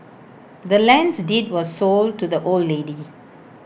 the land's deed was sold to the old lady